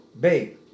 babe